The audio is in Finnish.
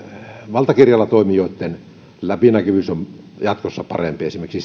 valtakirjalla toimijoitten läpinäkyvyys on jatkossa parempi myös esimerkiksi